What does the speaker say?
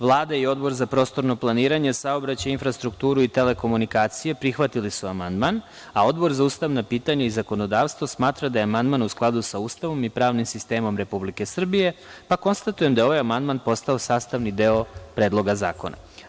Vlada i Odbor za prostorno planiranje, saobraćaj, infrastrukturu i telekomunikacije prihvatili su amandman, a Odbor za ustavna pitanja i zakonodavstvo smatra da je amandman u skladu sa Ustavom i pravnim sistemom Republike Srbije, pa konstatujem da je ovaj amandman postao sastavni deo Predloga zakona.